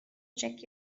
check